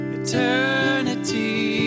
eternity